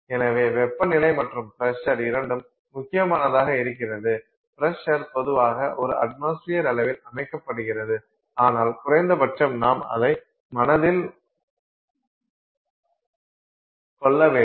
எனவே வெப்பநிலை மற்றும் ப்ரசர் இரண்டும் முக்கியமானதாக இருக்கிறது ப்ரசர் பொதுவாக ஒரு அட்மாஸ்பியர் அளவில் அமைக்கப்படுகிறது ஆனால் குறைந்தபட்சம் நாம் அதை மனதில் கொள்ள வேண்டும்